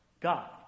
God